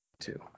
Two